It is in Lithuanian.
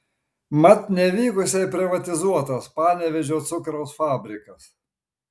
mat nevykusiai privatizuotas panevėžio cukraus fabrikas